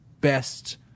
best